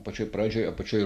pačioj pradžioj apačioj